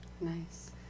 Nice